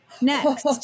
Next